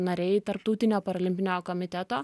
nariai tarptautinio paralimpinio komiteto